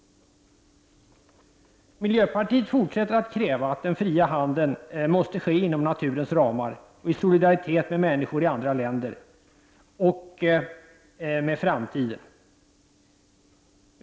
Miljöpartiet fortsätter att kräva att den fria handeln måste ske inom naturens ramar, i solidaritet med människor i andra länder och med framtiden.